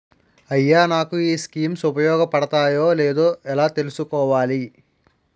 అయ్యా నాకు ఈ స్కీమ్స్ ఉపయోగ పడతయో లేదో ఎలా తులుసుకోవాలి?